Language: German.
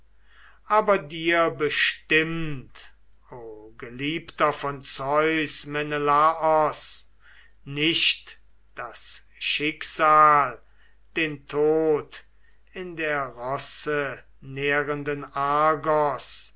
aber dir bestimmt o geliebter von zeus menelaos nicht das schicksal den tod in der rossenährenden argos